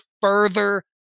further